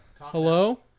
Hello